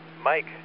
Mike